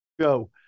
go